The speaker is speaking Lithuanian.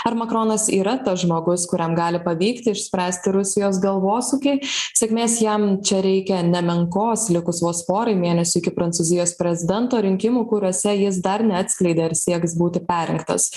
ar makronas yra tas žmogus kuriam gali pavykti išspręsti rusijos galvosūkį sėkmės jam čia reikia nemenkos likus vos porai mėnesių iki prancūzijos prezidento rinkimų kuriuose jis dar neatskleidė ar sieks būti perrinktas